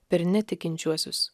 per netikinčiuosius